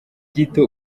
gito